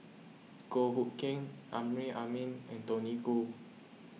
Goh Hood Keng Amrin Amin and Tony Khoo